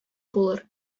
булыр